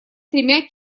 тремя